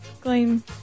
clean